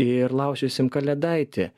ir laužysim kalėdaitį